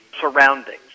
surroundings